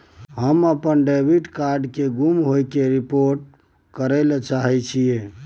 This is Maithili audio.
हम अपन डेबिट कार्ड के गुम होय के रिपोर्ट करय ले चाहय छियै